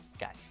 guys